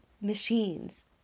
machines